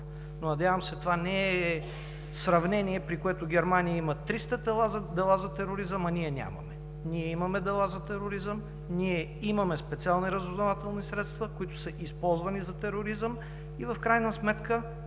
но надявам се това не е сравнение, при което Германия има 300 дела за тероризъм, а ние нямаме. Ние имаме дела за тероризъм, ние имаме специални разузнавателни средства, които са използвани за тероризъм, и в крайна сметка,